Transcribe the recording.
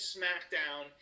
SmackDown